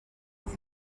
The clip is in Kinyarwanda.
kuko